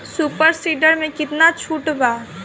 Super seeder मै कितना छुट बा?